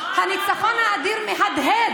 הניצחון האדיר מהדהד.